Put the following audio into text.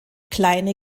kleine